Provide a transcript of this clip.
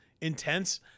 intense